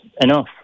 enough